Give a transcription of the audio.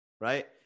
right